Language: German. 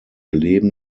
leben